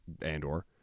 Andor